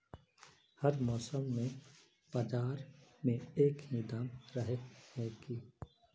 हर मौसम में बाजार में एक ही दाम रहे है की?